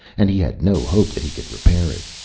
and he had no hope that he could repair it.